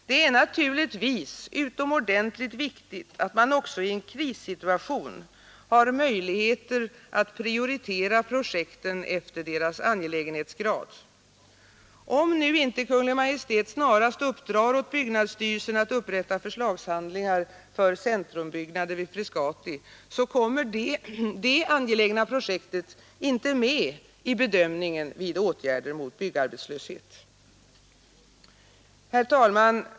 Det är naturligtvis utomordentligt viktigt att man också i en krissituation har möjligheter att prioritera projekten efter deras angelägenhetsgrad. Om inte Kungl. Maj:t uppdrar åt byggnadsstyrelsen att upprätta förslagshandlingar för centrumbyggnader vid Frescati, så kommer det angelägna projektet inte med i bedömningen vid åtgärder mot byggarbetslöshet. Herr talman!